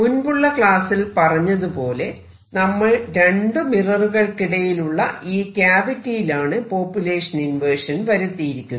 മുൻപുള്ള ക്ലാസ്സിൽ പറഞ്ഞതുപോലെ നമ്മൾ രണ്ടു മിററുകൾക്കിടയിലുള്ള ഈ ക്യാവിറ്റിയിലാണ് പോപുലേഷൻ ഇൻവെർഷൻ വരുത്തിയിരിക്കുന്നത്